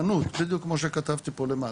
וזו אומנות, בדיוק כמו שכתבתי פה למטה.